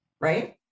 right